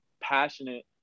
passionate